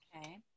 Okay